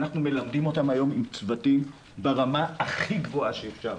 אנחנו מלמדים אותם היום עם צוותים ברמה הכי גבוהה שאפשר.